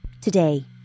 Today